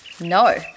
No